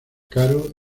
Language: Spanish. caro